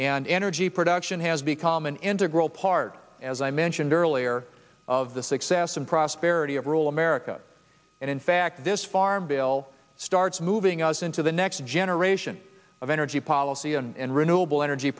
and energy production has become an integral part as i mentioned earlier of the success and prosperity of rule america and in fact this farm bill starts moving us into the next generation of energy policy and renewable energy